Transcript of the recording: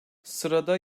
sırada